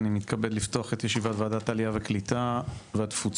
אני מתכבד לפתוח את ישיבת ועדת עלייה וקליטה והתפוצות,